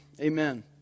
amen